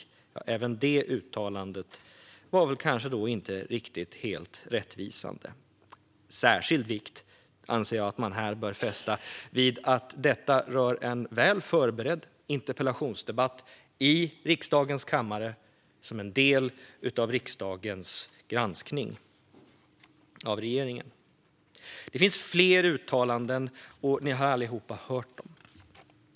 Även detta uttalande var kanske inte helt rättvisande. Särskild vikt anser jag att man här bör fästa vid att detta rör en väl förberedd interpellationsdebatt i riksdagens kammare, som en del av riksdagens granskning av regeringen. Det finns fler uttalanden, och ni har allihop hört dem.